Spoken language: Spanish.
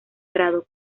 prado